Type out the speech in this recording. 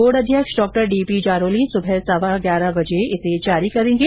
board अध्यक्ष डॉ D P Jarauli सुबह सवा ग्यारह बजे जारी करेंगे